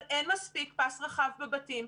אבל אין מספיק פס רחב בבתים.